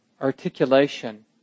articulation